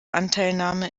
anteilnahme